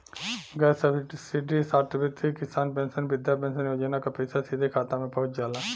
gas subsidy छात्रवृत्ति किसान pension वृद्धा पेंशन योजना क पैसा सीधे खाता में पहुंच जाला